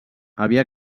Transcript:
havia